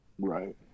Right